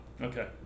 Okay